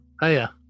Hiya